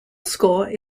score